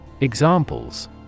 Examples